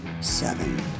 seven